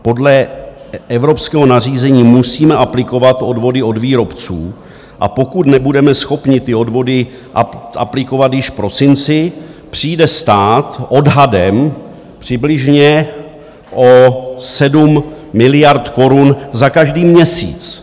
Podle evropského nařízení musíme aplikovat odvody od výrobců, a pokud nebudeme schopni ty odvody aplikovat již v prosinci, přijde stát odhadem přibližně o 7 miliard korun za každý měsíc.